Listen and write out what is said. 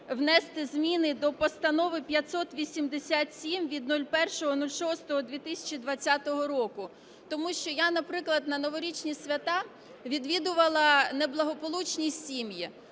внести зміни до Постанови 587 від 01.06.2020 року. Тому що я, наприклад, на новорічні свята відвідувала неблагополучні сім'ї,